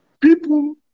people